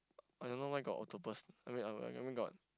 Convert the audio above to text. I don't know why got octopus I mean I mean I mean got